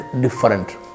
different